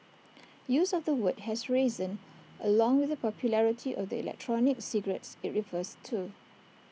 use of the word has risen along with the popularity of the electronic cigarettes IT refers to